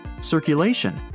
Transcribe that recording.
circulation